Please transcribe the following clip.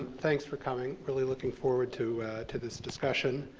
thanks for coming. really looking forward to to this discussion.